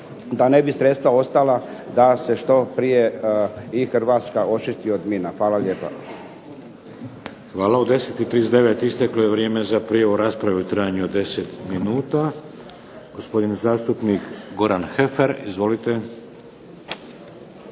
da ne bi sredstva ostala da se što prije i Hrvatska očisti od mina. Hvala lijepa. **Šeks, Vladimir (HDZ)** Hvala. U 10 i 39 isteklo je vrijeme za prijavu rasprave u trajanju od 10 minuta. Gospodin zastupnik Goran Heffer. Izvolite.